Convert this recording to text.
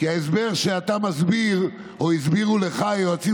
ההסבר שאתה מסביר או הסבירו לך היועצים